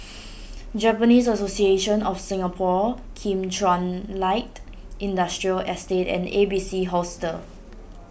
Japanese Association of Singapore Kim Chuan Light Industrial Estate and A B C Hostel